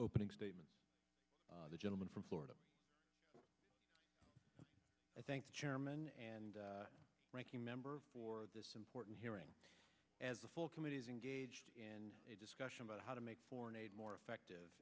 opening statement the gentleman from florida i thank the chairman and ranking member for this important hearing as the full committee is engaged in a discussion about how to make foreign aid more effective